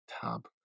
tab